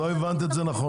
את לא הבנת את זה נכון.